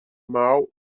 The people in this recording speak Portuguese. mal